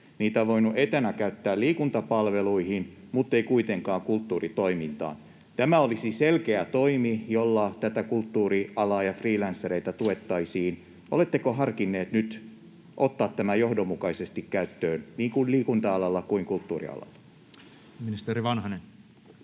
Niitä on voinut etänä käyttää liikuntapalveluihin mutta ei kuitenkaan kulttuuritoimintaan. Tämä olisi selkeä toimi, jolla tätä kulttuurialaa ja freelancereita tuettaisiin. Oletteko harkinnut nyt ottaa tämän johdonmukaisesti käyttöön niin liikunta-alalla kuin kulttuurialalla? [Speech